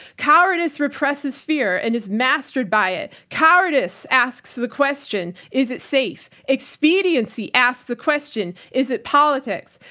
cowardice represses fear and is mastered by it. cowardice asks the question, is it safe? expediency ask the question, is it politics?